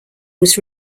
was